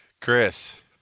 Chris